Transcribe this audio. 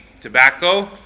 tobacco